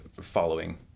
following